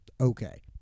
Okay